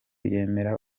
yemera